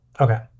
Okay